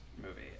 movie